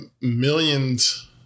millions